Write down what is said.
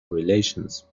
relations